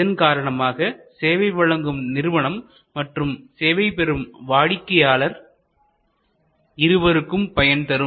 இதன் காரணமாகசேவை வழங்கும் நிறுவனம் மற்றும் சேவை பெறும் வாடிக்கையாளர் இருவருக்கும் பயன் தரும்